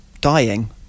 dying